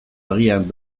agian